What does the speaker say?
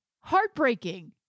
heartbreaking